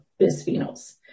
bisphenols